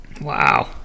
wow